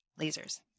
lasers